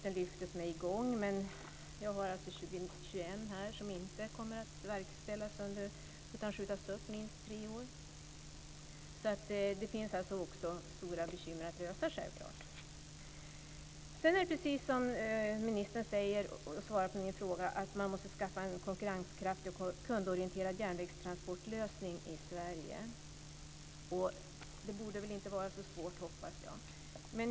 Jag har en lista på 21 projekt som inte kommer att verkställas utan skjuts upp i minst tre år. Det finns också stora bekymmer och problem att lösa. Det är precis som näringsministern säger när han svarar på mina frågor, att man måste skaffa en konkurrenskraftig och kundorienterad järnvägstransportlösning i Sverige. Det borde väl inte vara så svårt.